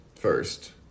first